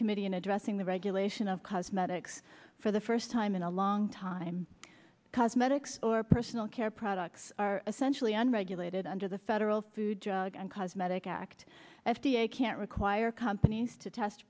in addressing the regulation of cosmetics for the first time in a long time cosmetics or personal care products are essentially unregulated under the federal food drug and cosmetic act f d a can't require companies to test